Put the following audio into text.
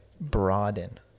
broaden